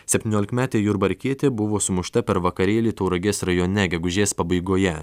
septyniolikmetė jurbarkietė buvo sumušta per vakarėlį tauragės rajone gegužės pabaigoje